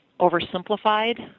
oversimplified